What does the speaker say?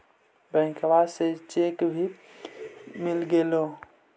बैंकवा से चेक भी मिलगेलो?